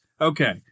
Okay